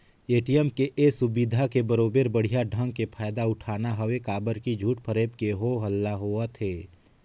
ATM के ये सुबिधा के बरोबर बड़िहा ढंग के फायदा उठाना हवे काबर की झूठ फरेब के हो हल्ला होवथे